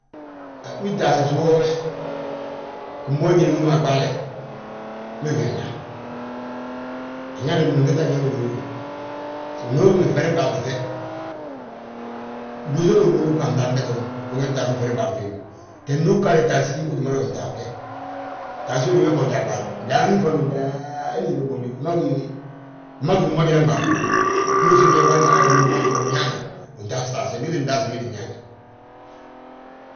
Wi taasí woo we, gimboonjina wi ma a ɓaale, we gí, añaan. Añaan, wi ma ngete añaanu uduulu wi Bluusu bluusini a ferin ɓaale, fiindi ma. Tee nduu ggaadi taasi, utin mada ntaaste, taasi uduulu we booje a ɓaale, ndaani faŋ ndaani, wi ma wi gí, wi maa wi ggí mboonjinan ɓaali ma. Ndu usiim biyaa ɓaali hala ahondi uboonju uñaanu, win taas taase, ndi bii ttin taas wi gii ttin ñaani.